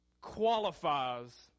qualifies